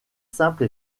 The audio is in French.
simple